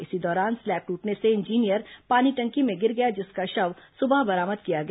इसी दौरान स्लैब दूटने से इंजीनियर पानी टंकी में गिर गया जिसका शव सुबह बरामद किया गया